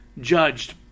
judged